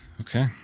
okay